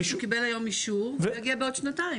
שהוא קיבל היום אישור והוא יגיע בעוד שנתיים.